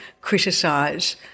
criticise